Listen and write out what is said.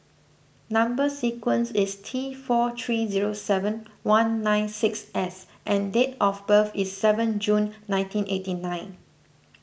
Number Sequence is T four three zero seven one nine six S and date of birth is seven June nineteen eighty nine